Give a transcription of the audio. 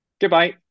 Goodbye